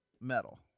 metal